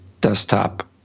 desktop